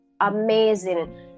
amazing